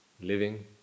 living